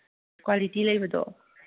quality ꯂꯩꯕꯗꯣ